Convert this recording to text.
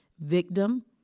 victim